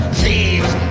thieves